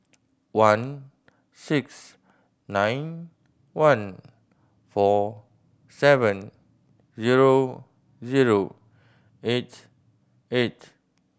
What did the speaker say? one six nine one four seven zero zero eight eight